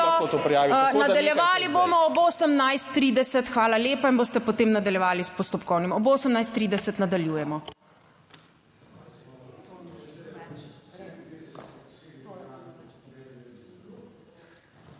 Nadaljevali bomo ob 18.30. Hvala lepa in boste potem nadaljevali s postopkovnim. Ob 18.30 nadaljujemo.